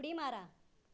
उडी मारा